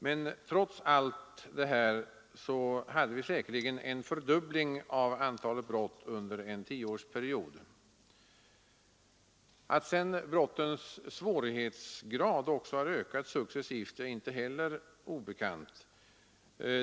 Men trots allt detta hade vi säkerligen en fördubbling av antalet brott under en tioårsperiod. Att sedan brottens svårighetsgrad också har ökat successivt är inte heller obekant.